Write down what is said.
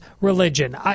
religion